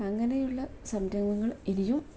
അങ്ങനെയുള്ള സംരംഭങ്ങൾ ഇനിയും